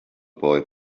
boy